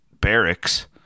barracks